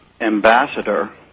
ambassador